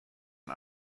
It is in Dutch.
een